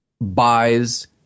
buys